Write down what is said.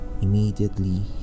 Immediately